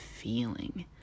feeling